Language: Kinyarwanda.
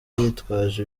yitwaje